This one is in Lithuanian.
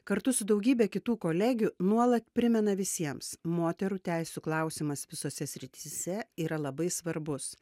kartu su daugybe kitų kolegių nuolat primena visiems moterų teisių klausimas visose srityse yra labai svarbus